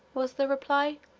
was the reply,